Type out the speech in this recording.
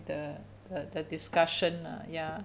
the the the discussion lah ya